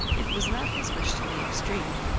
it was not his wish to be extreme.